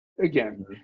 again